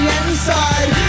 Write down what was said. inside